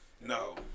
No